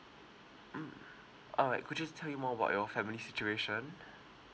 mm all right could you just tell me more about your family situation